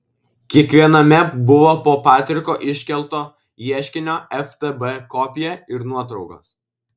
kiekviename buvo po patriko iškelto ieškinio ftb kopiją ir nuotraukos